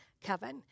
Kevin